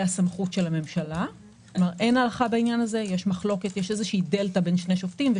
סמכות הממשלה כלומר יש דלתא בין שני שופטים.